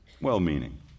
Well-meaning